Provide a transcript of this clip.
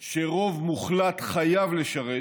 שרוב מוחלט חייב לשרת,